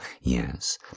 Yes